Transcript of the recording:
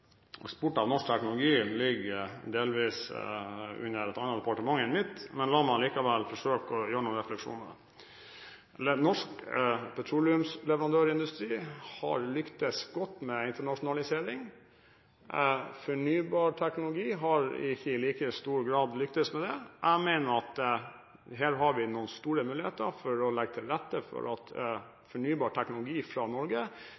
norsk teknologi delvis ligger under et annet departement enn mitt. Men la meg likevel forsøke å gjøre meg noen refleksjoner. Norsk petroleumsleverandørindustri har lyktes godt med internasjonalisering. Fornybar teknologi har ikke i like stor grad lyktes med det. Jeg mener at vi her har noen store muligheter for å legge til rette for at teknologi fra Norge